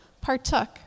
partook